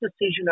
decision